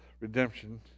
redemption